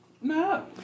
No